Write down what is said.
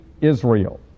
Israel